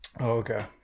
Okay